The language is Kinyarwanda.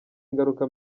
ingaruka